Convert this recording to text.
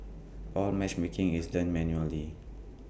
all matchmaking is done manually